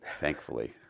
thankfully